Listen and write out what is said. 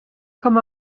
com